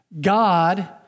God